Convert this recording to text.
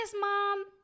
Mom